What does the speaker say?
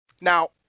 Now